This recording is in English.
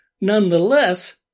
Nonetheless